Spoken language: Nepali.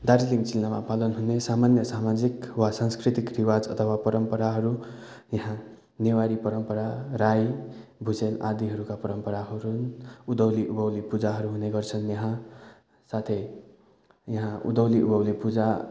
दार्जिलिङ जिल्लामा पालन हुने सामान्य सामाजिक वा सांस्कृतिक रिवाज अथवा परम्पराहरू यहाँ नेवारी परम्परा राई भुजेल आदिहरूका परम्पराहरू उँधौली उँभौली पूजाहरू हुने गर्छन् यहाँ साथै यहाँ उँधौली उँंभौली पूजा